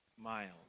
miles